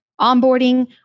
onboarding